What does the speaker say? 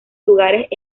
lugares